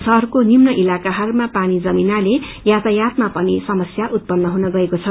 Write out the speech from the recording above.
शहरको निम्ति इलाकाहरूमा पानी जमिनाले यातायातमा पनि समस्या उत्पन्न हुन गएको छ